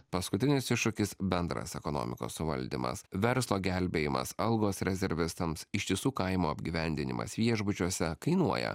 paskutinis iššūkis bendras ekonomikos valdymas verslo gelbėjimas algos rezervistams ištisų kaimų apgyvendinimas viešbučiuose kainuoja